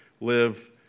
live